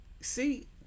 See